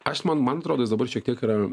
aš man man atrodo jis dabar šiek tiek yra